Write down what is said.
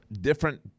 different